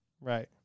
Right